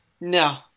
No